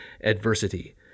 adversity